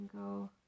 go